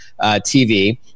TV